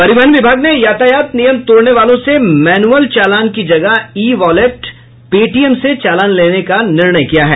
परिवहन विभाग ने यातायात नियम तोड़ने वालों से मैनूअल चालान की जगह ई वॉलेट पेटीएम से चालान लेने का निर्णय किया है